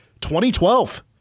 2012